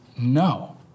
no